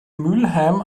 mülheim